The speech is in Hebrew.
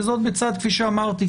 וזאת בצד כפי שאמרתי,